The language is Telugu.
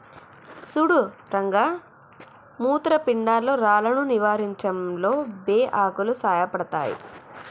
సుడు రంగ మూత్రపిండాల్లో రాళ్లను నివారించడంలో బే ఆకులు సాయపడతాయి